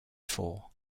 four